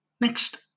Next